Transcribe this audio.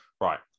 right